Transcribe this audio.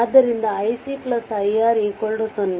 ಆದ್ದರಿಂದ iC iR 0